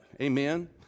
Amen